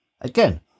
Again